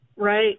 Right